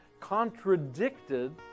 contradicted